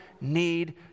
need